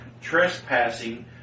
trespassing